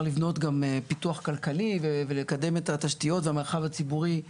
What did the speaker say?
לבנות גם פיתוח כלכלי ולקדם את התשתיות והמרחב הציבורי בישוב.